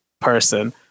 person